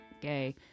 gay